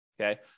Okay